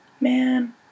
Man